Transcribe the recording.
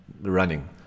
running